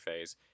phase